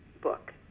book